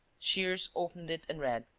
shears opened it and read